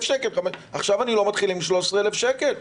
שקלים ועכשיו הוא לא מתחיל עם 13,000 שקלים.